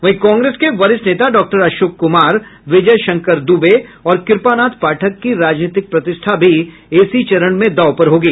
वहीं कांग्रेस के वरिष्ठ नेता डॉक्टर अशोक कुमार विजय शंकर दुबे और कृपानाथ पाठक की राजनीतिक प्रतिष्ठा भी दांव पर हैं